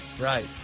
right